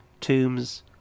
tombs